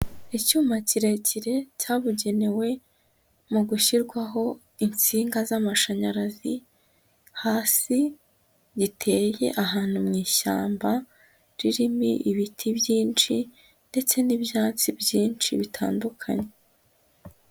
Icyuma kirekire cyabugenewe mu gushyirwaho insinga z'amashanyarazi, hasi giteye ahantu mu ishyamba ririmo ibiti byinshi ndetse n'ibyatsi byinshi bitandukanye.